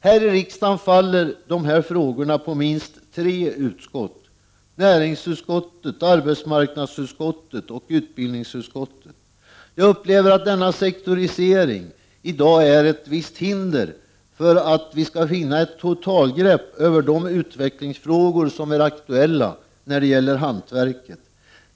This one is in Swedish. Här i riksdagen faller dessa frågor på minst tre utskott: näringsutskottet, arbetsmarknadsutskottet och utbildningsutskottet. Jag upplever att denna sektorisering i dag är ett visst hinder för att vi skall kunna ta ett totalgrepp över de utvecklingsfrågor som är aktuella när det gäller hantverket.